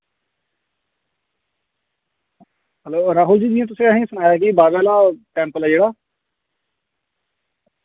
hello Rahul ji जि'यां तुसैं असें सनाया कि बावे आह्ला टैम्पल ऐ जेह्ड़ा